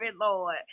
Lord